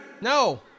No